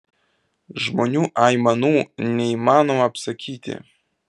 žmonių aimanų neįmanoma apsakyti